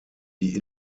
die